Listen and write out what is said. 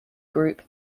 group